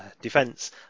defense